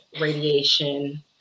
radiation